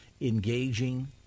engaging